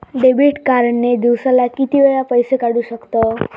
Debit card ने दिवसाला किती वेळा पैसे काढू शकतव?